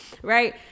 Right